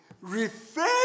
refer